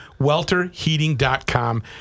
welterheating.com